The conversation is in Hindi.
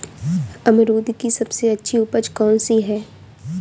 अमरूद की सबसे अच्छी उपज कौन सी है?